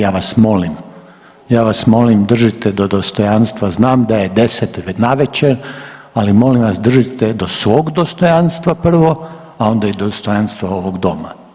Ja vas molim, ja vas molim držite do dostojanstva znam da je 10 navečer ali molim vas držite do svog dostojanstva prvo, a onda i dostojanstva ovog doma.